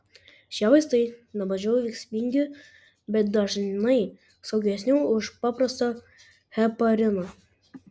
šie vaistai nemažiau veiksmingi bet dažnai saugesni už paprastą hepariną